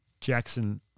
Jackson